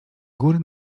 góry